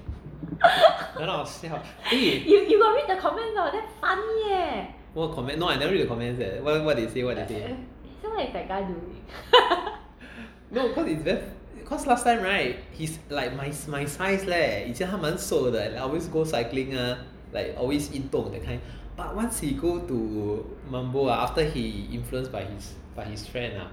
很好笑 eh what comments no I never read the comments leh what what they say what they say no cause it's damn cause last time right he's like my my size leh 以前他蛮瘦的 like always go cycling ah like always 运动 that kind but once he go to mambo ah after he influenced by his by his friend ah